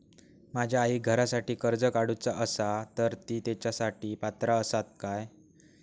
माझ्या आईक घरासाठी कर्ज काढूचा असा तर ती तेच्यासाठी पात्र असात काय?